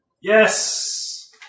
Yes